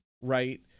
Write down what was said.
Right